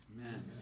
amen